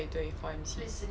对对 four M_C